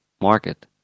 market